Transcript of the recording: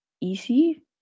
easy